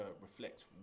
reflect